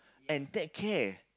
and take care